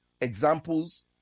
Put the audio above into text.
examples